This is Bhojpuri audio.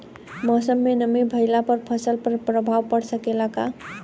मौसम में नमी भइला पर फसल पर प्रभाव पड़ सकेला का?